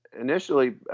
initially